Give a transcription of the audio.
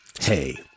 hey